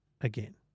again